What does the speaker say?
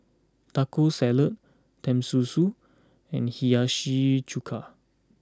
Taco Salad Tenmusu and Hiyashi Chuka